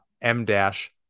M-Dash